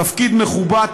תפקיד מכובד,